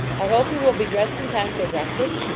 i hope you will be dressed in time for breakfast,